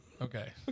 okay